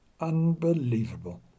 Unbelievable